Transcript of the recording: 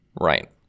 Right